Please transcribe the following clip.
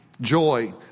Joy